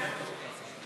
להלן: קבוצת סיעת